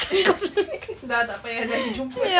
dah tak payah nak gi jumpa dia